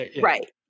Right